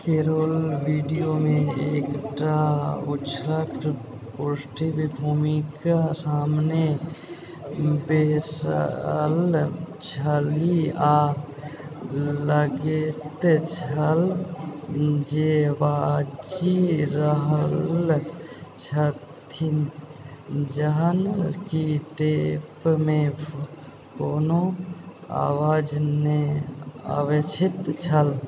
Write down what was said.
carol video मे एकटा उज्जर पृष्ठभूमिक सामने बैसल छलीह आ लगैत छल जे बाजि रहल छथि जहन कि टेप मे कोनो आवाज नहि अबैत छल